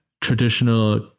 traditional